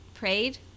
prayed